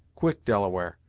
quick, delaware,